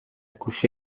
گوشه